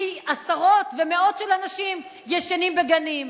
כי עשרות ומאות אנשים ישנים בגנים,